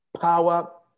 Power